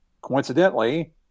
Coincidentally